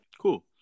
Cool